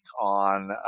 on